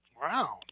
Wow